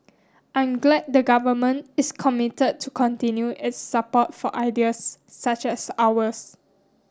I'm glad the Government is committed to continue its support for ideas such as ours